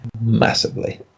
massively